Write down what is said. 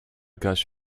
gush